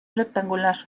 rectangular